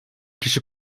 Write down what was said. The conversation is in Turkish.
kişi